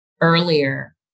earlier